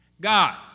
God